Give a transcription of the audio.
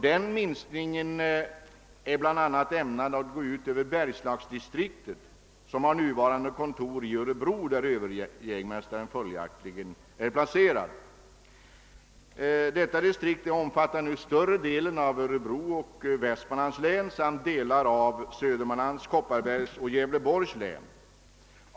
Denna minskning kommer bl.a. att gå ut över bergslagsdistriktet, vars nuvarande kontor ligger i Örebro, där överjägmästaren följaktligen är placerad. Detta distrikt omfattar nu större delen av Örebro och Västmanlands län samt delar av Södermanlands, Kopparbergs och Gävleborgs län.